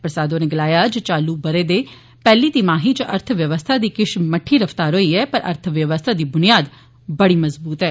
प्रसाद होरें गलाया जे चालू बरे दी पैहली तिमाही च अर्थ व्यवस्था दी किश मट्ठी रफ्तार होई ऐ पर अर्थव्यवस्था दी ब्नियाद बड़ी मज़बूत ऐ